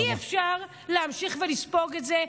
אי-אפשר להמשיך ולספוג את זה,